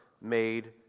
made